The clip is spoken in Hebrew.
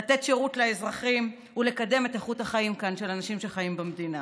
לתת שירות לאזרחים ולקדם את איכות החיים כאן של אנשים שחיים במדינה.